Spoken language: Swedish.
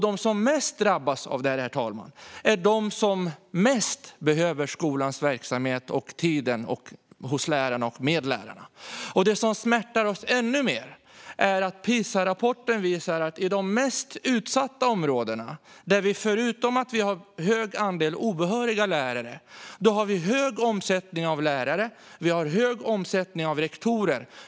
De som mest drabbas av detta, herr talman, är de som mest behöver skolans verksamhet och tiden hos lärarna och med lärarna. Det som smärtar oss ännu mer är att PISA-rapporter visar att i de mest utsatta områdena är det förutom en hög andel obehöriga lärare en hög omsättning av lärare och rektorer.